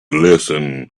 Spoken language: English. listen